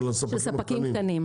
של הספקים הקטנים?